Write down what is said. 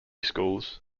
schools